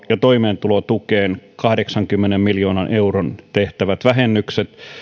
ja toimeentulotukeen tehtävä kahdeksankymmenen miljoonan euron vähennykset